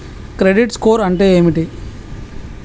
Credit score అంటే ఏమిటి?